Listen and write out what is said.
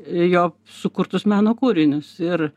jo sukurtus meno kūrinius ir